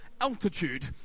altitude